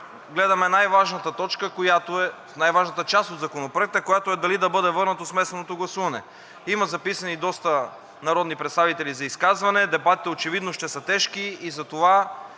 гледаме най-важната част от Законопроекта, която е дали да бъде върнато смесеното гласуване – има записани доста народни представители за изказване, дебатите очевидно ще са тежки, затова